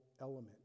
element